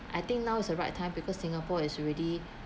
I think now is a right time because singapore is already